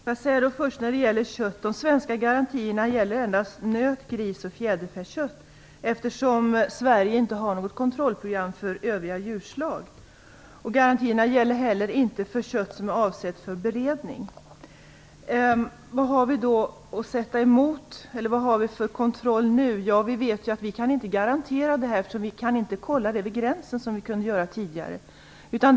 Fru talman! När det gäller kött vill jag säga att de svenska garantierna gäller endast nöt-, gris och fjäderfäkött, eftersom Sverige inte har något kontrollprogram för övriga djurslag. Garantierna gäller heller inte för kött som är avsett för beredning. Vad har vi då för kontroll nu? Ja, vi vet att vi inte kan garantera salmonellafrihet, eftersom vi inte kan kolla det vid gränsen som vi kunde tidigare.